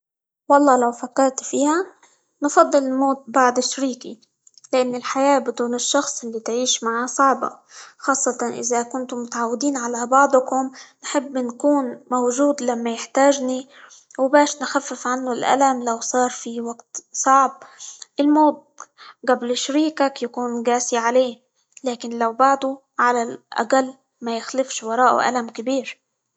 والله لو فكرت فيها نفضل الموت بعد شريكي؛ لأن الحياة بدون الشخص اللي تعيش معاه صعبة، خاصة إذا كنتم متعودين على بعضكم، نحب نكون موجود لما يحتاجني، وباش نخفف عنه الألم لو صار في وقت صعب، الموت قبل شريكك يكون قاسي عليه، لكن لو بعده على الأقل ما يخلفش وراؤه ألم كبير.